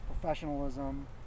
professionalism